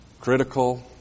critical